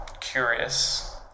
curious